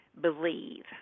believe